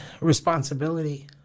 responsibility